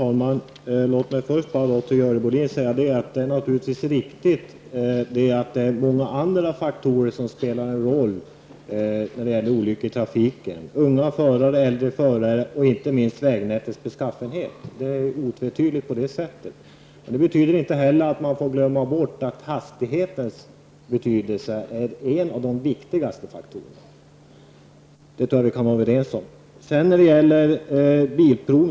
Herr talman! Låt mig först till Görel Bohlin säga att det naturligtvis är riktigt att även många andra faktorer spelar in när det gäller olyckor i trafiken, som unga förare, äldre förare och inte minst vägnätets beskaffenhet. Det är otvetydigt så. Det betyder inte heller att vi får glömma bort att hastigheten ändå är en av de viktigaste faktorerna. Det kan vi vara överens om.